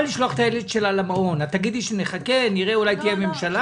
לשלוח את הילד שלה למעון את תגידי לחכות להרכבת ממשלה,